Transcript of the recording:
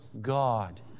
God